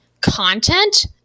content